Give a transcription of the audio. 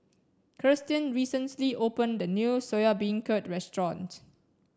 Kirstin recently opened a new Soya Beancurd Restaurant